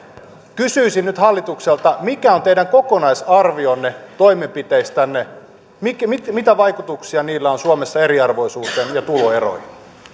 kysyisin nyt hallitukselta mikä on teidän kokonaisarvionne toimenpiteistänne mitä vaikutuksia niillä on suomessa eriarvoisuuteen ja tuloeroihin